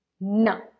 No